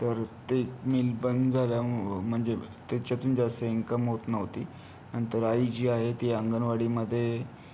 तर ते मिल बंद झाल्याम म्हणजे त्याच्यातून जास्त इन्कम होत नव्हती नंतर आई जी आहे ती अंगणवाडीमध्ये